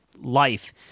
life